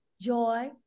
joy